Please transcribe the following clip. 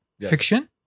fiction